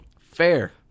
Fair